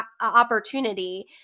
opportunity